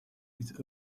its